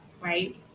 right